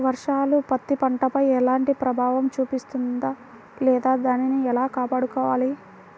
వర్షాలు పత్తి పంటపై ఎలాంటి ప్రభావం చూపిస్తుంద లేదా దానిని ఎలా కాపాడుకోవాలి?